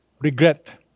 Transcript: regret